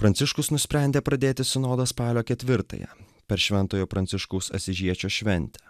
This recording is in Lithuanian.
pranciškus nusprendė pradėti sinodą spalio ketvirtąją per šventojo pranciškaus asyžiečio šventę